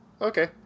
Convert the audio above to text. Okay